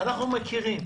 אנחנו מכירים.